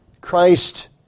Christ